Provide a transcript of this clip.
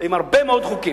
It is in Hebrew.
עם הרבה מאוד חוקים,